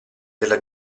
della